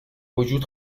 وجود